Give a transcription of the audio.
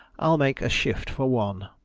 i'll make a shift for one.